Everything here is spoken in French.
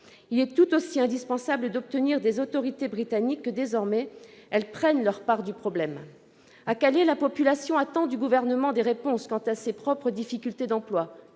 Il est tout aussi indispensable d'obtenir des autorités britanniques qu'elles prennent désormais leur part du problème. À Calais, la population attend du Gouvernement des réponses quant à ses propres difficultés d'emploi,